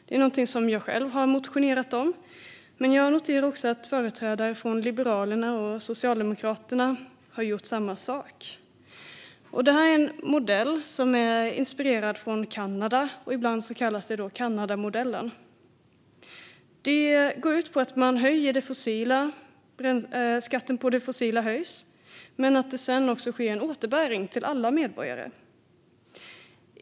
Det är någonting som jag själv har motionerat om, men jag noterar att också företrädare för Liberalerna och Socialdemokraterna har gjort samma sak. Det handlar om en modell som har hämtat inspiration från Kanada och som ibland kallas för Kanadamodellen. Den går ut på att skatten på det fossila höjs men att det sedan sker en återbäring till alla medborgare.